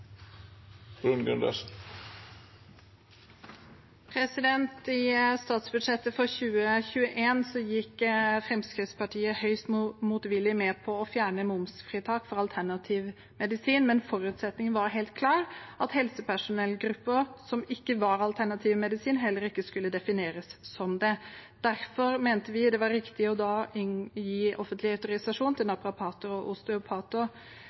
I statsbudsjettet for 2021 gikk Fremskrittspartiet høyst motvillig med på å fjerne momsfritaket for alternativ medisin, men forutsetningen var helt klar – at helsepersonellgrupper som ikke var innenfor alternativ medisin, heller ikke skulle defineres som det. Derfor mente vi det var riktig da å gi offentlig autorisasjon til naprapater og